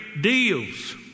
deals